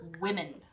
Women